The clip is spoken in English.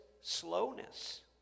slowness